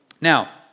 Now